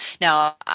Now